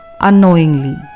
unknowingly